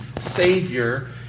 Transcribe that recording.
Savior